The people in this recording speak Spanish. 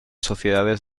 sociedades